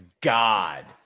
God